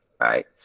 right